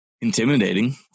intimidating